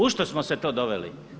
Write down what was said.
U što smo se to doveli?